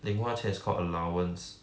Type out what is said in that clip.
零花钱 is called allowance